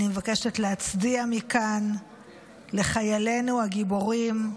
אני מבקשת להצדיע מכאן לחיילינו הגיבורים,